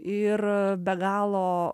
ir be galo